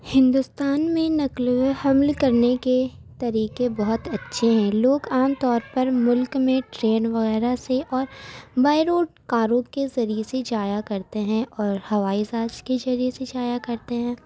ہندوستان میں نقل و حمل کرنے کے طریقے بہت اچھے ہیں لوگ عام طور پر ملک میں ٹرین وغیرہ سے اور بائی روڈ کاروں کے ذریعہ سے جایا کرتے ہیں اور ہوائی جہاز کے ذریعہ سے جایا کرتے ہیں